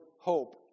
hope